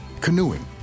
canoeing